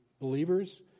believers